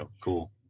cool